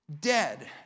dead